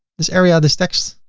this area, this text.